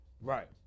Right